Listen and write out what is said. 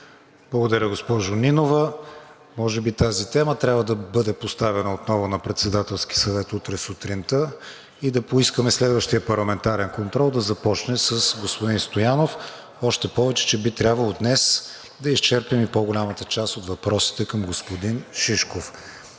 Благодаря, госпожо Нинова. Може би тази тема трябва да бъде поставена отново на Председателски съвет утре сутринта и да поискаме следващия парламентарен контрол да започне с господин Стоянов, още повече че би трябвало днес да изчерпим и по-голямата част от въпросите към господин Шишков.